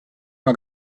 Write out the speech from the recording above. una